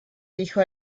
dijo